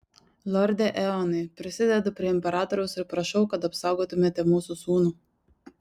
lorde eonai prisidedu prie imperatoriaus ir prašau kad apsaugotumėte mūsų sūnų